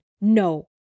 No